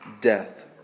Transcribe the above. death